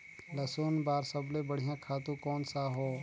लसुन बार सबले बढ़िया खातु कोन सा हो?